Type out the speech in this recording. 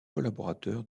collaborateur